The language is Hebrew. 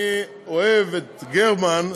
אני אוהב את גרמן.